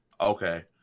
Okay